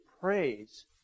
praise